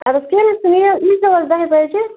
اَدٕ حظ کیٚنٛہہ نہٕ حظ چھُنہٕ ییٖزیو حظ دَہہِ بَجہِ